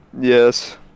Yes